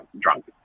drunk